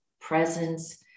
presence